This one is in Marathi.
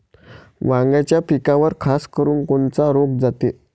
वांग्याच्या पिकावर खासकरुन कोनचा रोग जाते?